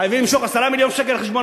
חייבים למשוך 10 מיליון שקל על חשבון